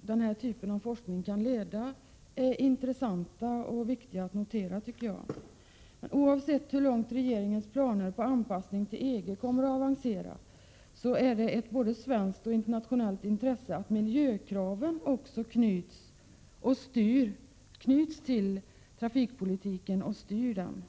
denna typ av forskning kan leda är intressanta och viktiga att notera. Oavsett hur långt regeringens planer på anpassning till EG kommer att avancera är det av både svenskt och internationellt intresse att miljökraven knyts till trafikpolitiken och styr den.